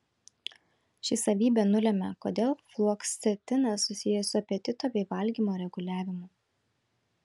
ši savybė nulemia kodėl fluoksetinas susijęs su apetito bei valgymo reguliavimu